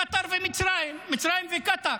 קטר ומצרים, מצרים וקטר.